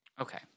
Okay